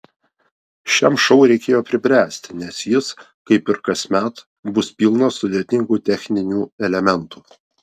šiam šou reikėjo pribręsti nes jis kaip ir kasmet bus pilnas sudėtingų techninių elementų